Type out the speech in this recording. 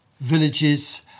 villages